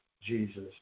Jesus